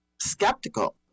skeptical